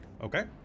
okay